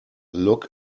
look